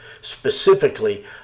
specifically